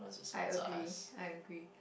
I agree I agree